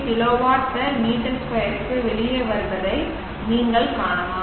38 kW m2 க்கு வெளியே வருவதை நீங்கள் காணலாம்